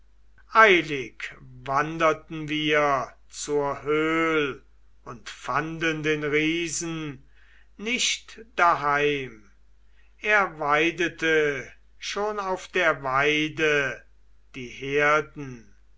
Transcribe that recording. eilig wanderten wir zur höhl und fanden den riesen nicht daheim er weidete schon auf der weide die herden